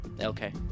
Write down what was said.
Okay